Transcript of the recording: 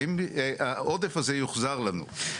האם העודף הזה יוחזר לנו?